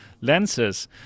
lenses